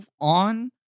on